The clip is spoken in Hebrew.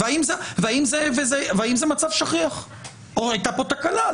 והאם זה מצב שכיח או הייתה פה תקלה.